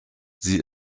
sie